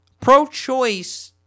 pro-choice